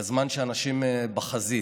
בזמן שאנשים בחזית,